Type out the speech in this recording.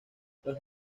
los